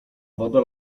woda